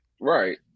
Right